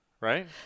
right